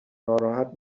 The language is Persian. ناراحت